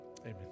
Amen